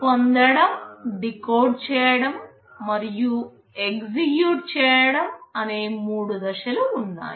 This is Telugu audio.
పొందడం డీకోడ్ చేయడం మరియు ఎగ్జిక్యూట్ చేయడం అనే మూడు దశలు ఉన్నాయి